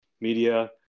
media